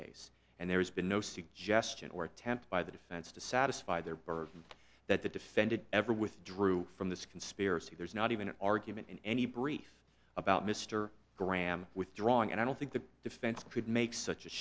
case and there has been no suggestion or attempt by the defense to satisfy their burden that the defendant ever withdrew from this conspiracy there's not even an argument in any brief about mr graham withdrawing and i don't think the defense could make such a